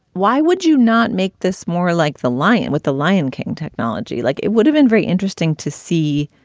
why would you not make this more like the lion with the lion king technology? like it would have been very interesting to see